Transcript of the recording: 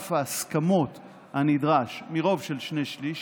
רף ההסכמות הנדרש מרוב של שני שלישים,